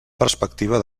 perspectiva